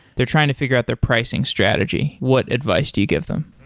they're trying to figure out their pricing strategy, what advice do you give them?